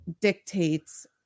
dictates